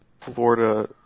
Florida